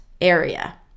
area